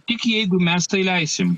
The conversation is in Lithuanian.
tik jeigu mes tai leisim